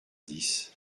dix